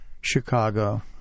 Chicago